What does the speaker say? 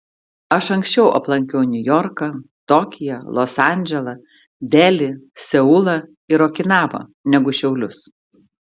aš anksčiau aplankiau niujorką tokiją los andželą delį seulą ir okinavą negu šiaulius